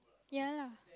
yeah lah